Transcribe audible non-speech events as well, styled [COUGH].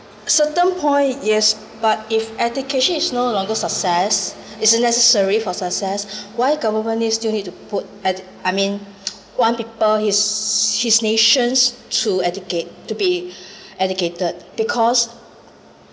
certain point yes but if education is no longer success is a necessary for success [BREATH] why government need still need to put ed~ I mean [NOISE] want people his his nations to educate to be [BREATH] educated because